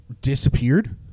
disappeared